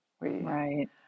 Right